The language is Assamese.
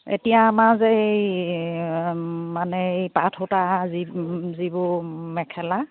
এতিয়া আমাৰ যে এই মানে এই পাট সূতা যি যিবোৰ মেখেলা